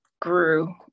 grew